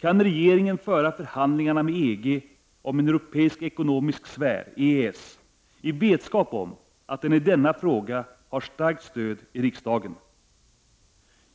kan regeringen föra förhandlingarna med EG om en europeisk ekonomisk sfär, EES, i vetskap om att den i denna fråga har starkt stöd i riksdagen.